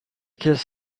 kiss